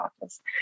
office